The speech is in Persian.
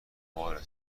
بار